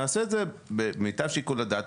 נעשה את זה במיטב שיקול הדעת,